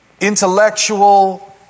intellectual